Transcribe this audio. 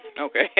Okay